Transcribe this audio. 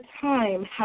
time